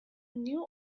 new